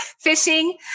fishing